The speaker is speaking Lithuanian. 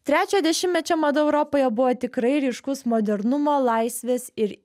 trečiojo dešimtmečio mada europoje buvo tikrai ryškus modernumo laisvės ir